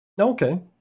Okay